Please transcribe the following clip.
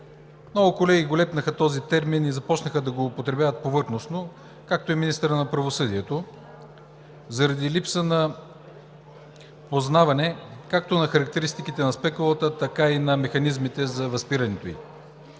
Много колеги лепнаха този термин и започнаха да го употребяват повърхностно, както и министърът на правосъдието, заради липса на познаване както на характеристиките на спекулата, така и на механизмите за възпирането ѝ.